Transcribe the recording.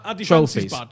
trophies